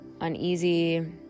uneasy